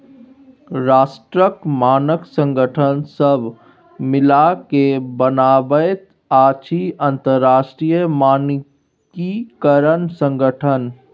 राष्ट्रक मानक संगठन सभ मिलिकए बनाबैत अछि अंतरराष्ट्रीय मानकीकरण संगठन